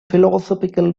philosophical